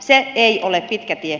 se ei ole pitkä tie